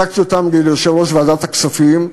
הצגתי אותם ליושב-ראש ועדת הכספים.